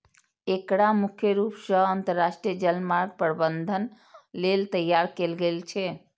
एकरा मुख्य रूप सं अंतरराष्ट्रीय जलमार्ग प्रबंधन लेल तैयार कैल गेल छै